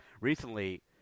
recently